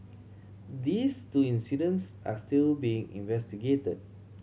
these two incidents are still being investigated